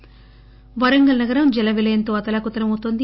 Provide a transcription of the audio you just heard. వరంగల్ వరంగల్ నగరం జలవిలయంతో అతలాకుతలం అవుతోంది